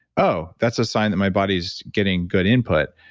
oh, that's a sign that my body's getting good input.